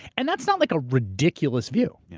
and that's not like a ridiculous view. yeah